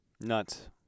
Nuts